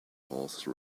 horse